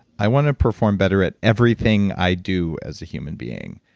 i want to perform better at everything i do as a human being.